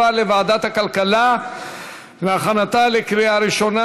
לוועדת הכלכלה להכנתה לקריאה ראשונה.